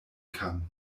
kann